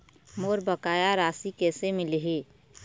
मोर बकाया राशि कैसे मिलही?